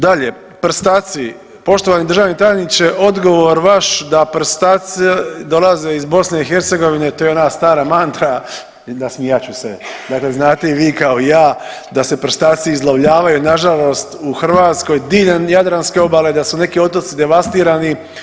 Dalje, prstaci poštovani državni tajniče odgovor vaš da prstaci dolaze iz BiH to je ona stara mantra, nasmijat ću se, dakle znate i vi kao i ja da se prstaci izlovljavaju, nažalost u Hrvatskoj diljem Jadranske obale, da su neki otoci devastirani.